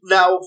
Now